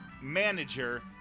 Manager